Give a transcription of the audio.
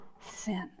sin